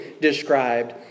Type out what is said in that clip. described